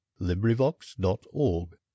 LibriVox.org